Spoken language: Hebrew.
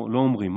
לא אומרים,